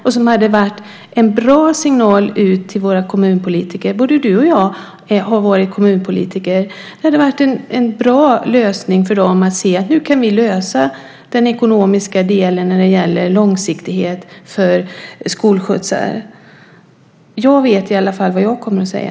Det hade varit en bra signal ut till våra kommunpolitiker - både du och jag har varit kommunpolitiker - om de hade fått veta att de långsiktigt kan lösa den ekonomiska delen när det gäller skolskjutsar. Jag vet i alla fall vad jag kommer att säga.